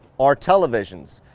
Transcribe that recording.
are televisions.